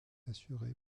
assurée